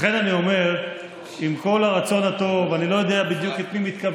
אבל אנחנו יודעים גם שכל בני הנוער